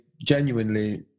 genuinely